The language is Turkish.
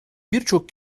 birçok